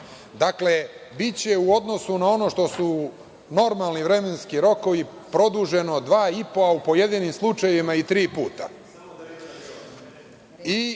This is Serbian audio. Dakle, biće u odnosu na ono što su normalni vremenski rokovi, produženo dva i po, u pojedinim slučajevima i tri puta. To